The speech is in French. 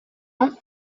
ans